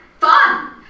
Fun